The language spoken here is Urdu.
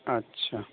اچھا